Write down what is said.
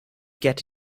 get